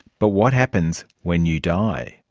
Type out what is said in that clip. but what happens when you die?